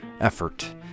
effort